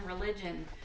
religion